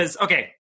okay